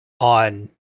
on